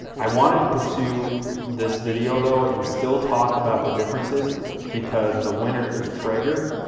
i wanted to pursue this video though and still talk about the differences because the winner is traeger,